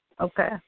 Okay